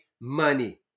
money